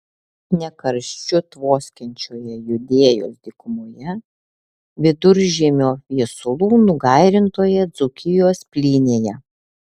ne karščiu tvoskiančioje judėjos dykumoje viduržiemio viesulų nugairintoje dzūkijos plynėje